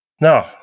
No